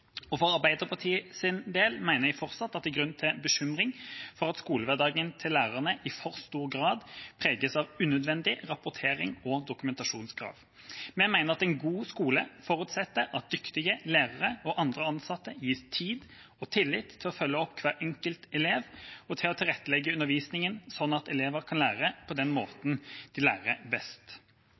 For Arbeiderpartiets del mener jeg fortsatt at det er grunn til bekymring for at skolehverdagen til lærerne i for stor grad preges av unødvendig rapporterings- og dokumentasjonskrav. Vi mener at en god skole forutsetter at dyktige lærere og andre ansatte gis tid og tillit til å følge opp hver enkelt elev, og til å tilrettelegge undervisningen slik at elever kan lære på den måten de lærer best.